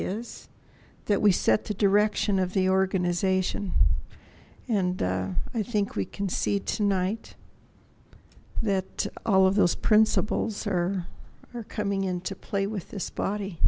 is that we set the direction of the organization and i think we can see tonight that all of those principles are are coming into play with this body